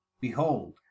behold